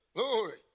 Glory